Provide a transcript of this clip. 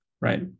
right